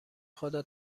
خدا